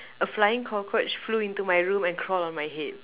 a flying cockroach flew into my room and crawl on my head